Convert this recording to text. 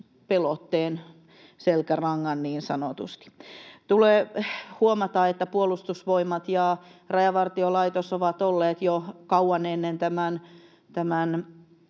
pelotteen, selkärangan niin sanotusti. Tulee huomata, että Puolustusvoimat ja Rajavartiolaitos ovat olleet jo kauan ennen tätä